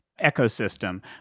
ecosystem